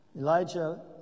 Elijah